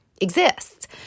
exists